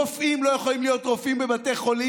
רופאים לא יכולים להיות רופאים בבתי חולים